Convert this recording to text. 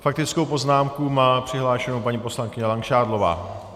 S faktickou poznámkou je přihlášena paní poslankyně Langšádlová.